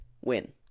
win